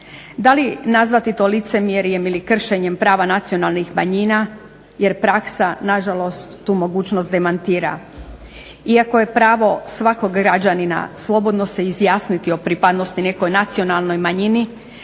Da li nazvati to licemjerjem ili kršenjem prava nacionalnih manjina jer praksa nažalost tu mogućnost demantira. Iako je pravo svakog građanina slobodno se izjasniti o pripadnosti nekoj nacionalnoj manjini